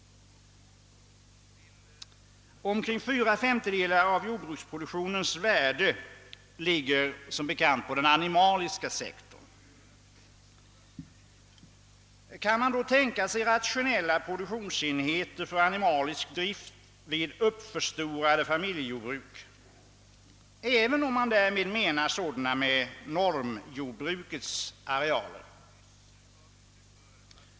Omkring fyra femtedelar av jordbruksproduktionens värde ligger som bekant på den animaliska sektorn. Kan man då tänka sig rationella produktionsenheter för animalisk drift vid uppförstorade familjejordbruk, även om man därmed menar sådana med normjordbrukets arealer?